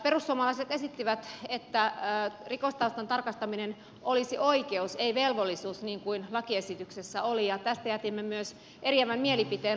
perussuomalaiset esitti että rikostaustan tarkastaminen olisi oikeus ei velvollisuus niin kuin lakiesityksessä oli ja tästä jätimme myös eriävän mielipiteen lakivaliokunnassa